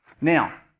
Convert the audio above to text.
Now